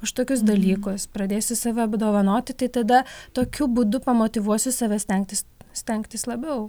už tokius dalykus pradėsiu save apdovanoti tai tada tokiu būdu pamotyvuosiu save stengtis stengtis labiau